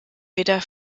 weder